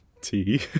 tea